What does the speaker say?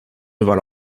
devant